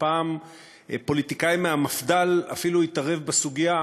שפעם פוליטיקאי מהמפד"ל אפילו התערב בסוגיה